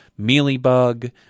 mealybug